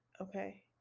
Okay